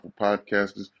podcasters